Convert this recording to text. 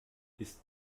ist